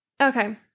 okay